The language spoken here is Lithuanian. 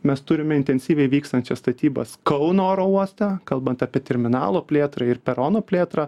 mes turim intensyviai vykstančias statybas kauno oro uoste kalbant apie terminalo plėtrą ir peronų plėtrą